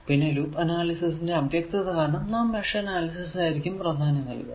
പിന്നെ ഈ ലൂപ്പ് അനാലിസിസിൻറെ അവ്യക്തത കാരണം നാം മെഷ് അനാലിസിസ് ആയിരിക്കും പ്രാധാന്യം നൽകുക